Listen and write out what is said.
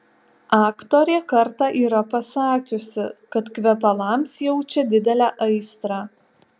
aktorė kartą yra pasakiusi kad kvepalams jaučia didelę aistrą